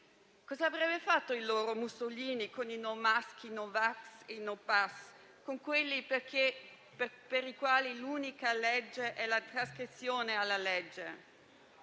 Cosa avrebbe fatto il loro Mussolini con i no mask, no vax, no pass, con quelli per i quali l'unica legge è la trasgressione alla legge?